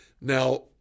Now